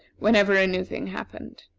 whenever a new thing happened.